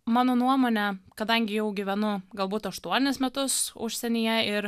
mano nuomone kadangi jau gyvenu galbūt aštuonis metus užsienyje ir